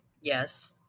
Yes